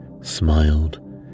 smiled